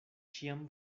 ĉiam